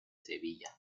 sevilla